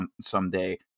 someday